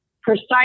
precise